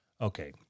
Okay